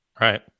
Right